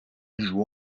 joue